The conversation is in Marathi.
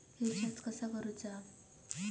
रिचार्ज कसा करूचा?